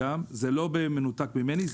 וזה לא במנותק ממני,